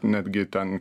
netgi ten